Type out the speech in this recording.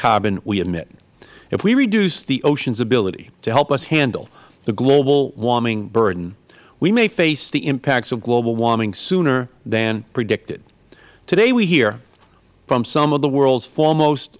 carbon we admit if we reduce the ocean's ability to help us handle the global warming burden we may face the impacts of global warming sooner than predicted today we hear from some of the world's foremost